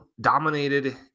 dominated